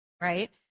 right